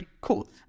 cool